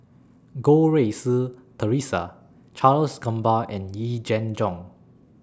Goh Rui Si Theresa Charles Gamba and Yee Jenn Jong